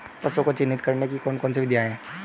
पशुओं को चिन्हित करने की कौन कौन सी विधियां हैं?